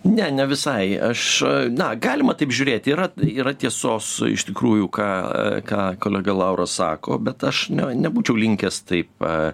ne ne visai aš na galima taip žiūrėti yra yra tiesos iš tikrųjų ką ką kolega lauras sako bet aš nebūčiau linkęs taip va